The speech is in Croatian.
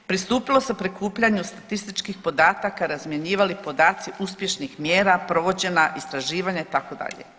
Pristupilo se prikupljanju statističkih podataka, razmjenjivali podaci uspješnih mjera, provođena istraživanja itd.